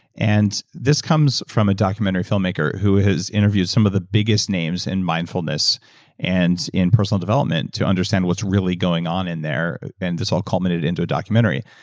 and this comes from a documentary filmmaker who has interviewed some of the biggest names in mindfulness and in personal development, to understand what's really going on in there and this all culminated into a documentary,